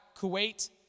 Kuwait